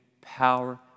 power